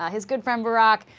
ah his good friend barack,